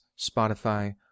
Spotify